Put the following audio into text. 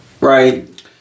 right